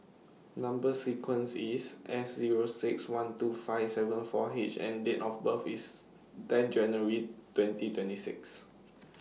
Number sequence IS S Zero six one two five seven four H and Date of birth IS ten January twenty twenty six